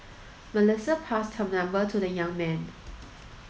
Melissa passed her number to the young man